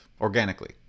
organically